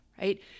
right